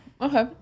okay